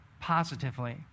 positively